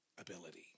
ability